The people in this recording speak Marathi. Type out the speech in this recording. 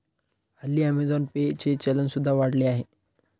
हल्ली अमेझॉन पे चे चलन सुद्धा वाढले आहे